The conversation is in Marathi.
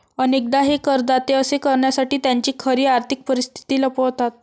अनेकदा हे करदाते असे करण्यासाठी त्यांची खरी आर्थिक परिस्थिती लपवतात